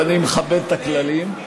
ואני מכבד את הכללים.